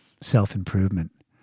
self-improvement